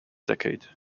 decade